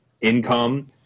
income